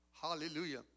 Hallelujah